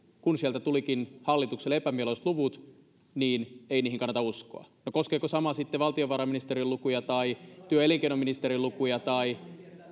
kun sieltä tulikin hallitukselle epämieluisat luvut että niihin ei kannata uskoa no koskeeko sama sitten valtiovarainministeriön lukuja tai työ ja elinkeinoministeriön lukuja tai